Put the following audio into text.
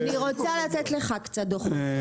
אני רוצה לתת לך קצת דוחות,